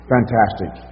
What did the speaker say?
Fantastic